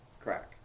crack